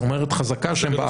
זאת אומרת חזקה שהם בארץ.